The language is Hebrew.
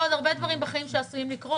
כמו עוד הרבה דברים בחיים שעשויים לקרות,